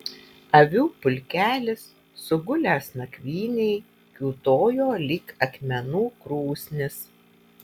avių pulkelis sugulęs nakvynei kiūtojo lyg akmenų krūsnis